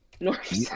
North